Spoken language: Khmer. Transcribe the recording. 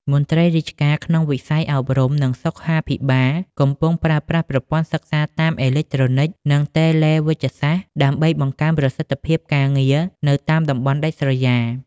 មន្ត្រីរាជការក្នុងវិស័យអប់រំ និងសុខាភិបាលកំពុងប្រើប្រាស់ប្រព័ន្ធសិក្សាតាមអេឡិចត្រូនិក និងតេឡេវេជ្ជសាស្ត្រ ដើម្បីបង្កើនប្រសិទ្ធភាពការងារនៅតាមតំបន់ដាច់ស្រយាល។